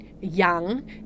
young